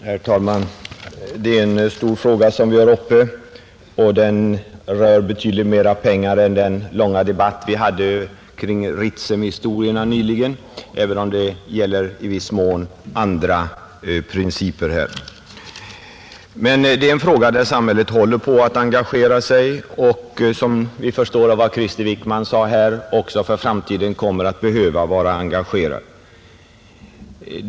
Herr talman! Det är en stor fråga som vi har uppe. Den rör betydligt mera pengar än den långa debatt vi hade kring Ritsem nyligen. Även om det här gäller i viss mån andra principer är detta en fråga där samhället håller på att engagera sig och som vi förstår av vad Krister Wickman sade här också för framtiden kommer att behöva vara engagerat i.